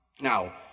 Now